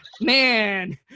Man